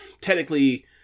technically